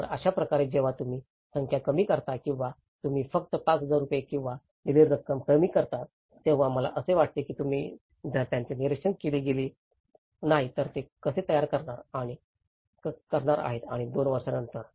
तर अशाच प्रकारे जेव्हा तुम्ही संख्या कमी करता किंवा तुम्ही फक्त 5000 रुपये किंवा दिलेली रक्कम कमी करता तेव्हा मला असे वाटते की तुम्ही जर त्याचे निरीक्षण केले नाही तर ते कसे तयार करणार आहेत आणि दोन वर्षानंतर